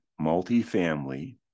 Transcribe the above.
multifamily